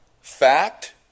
fact